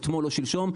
אתמול או שלשום,